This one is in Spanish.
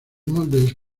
moldes